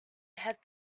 had